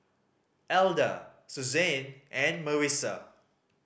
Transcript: Alda Suzanne and Marisa